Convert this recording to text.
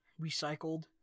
recycled